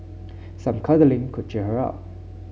some cuddling could cheer her up